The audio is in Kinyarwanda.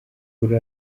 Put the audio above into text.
kuri